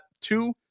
two